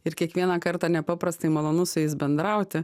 ir kiekvieną kartą nepaprastai malonu su jais bendrauti